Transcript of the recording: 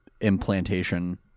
implantation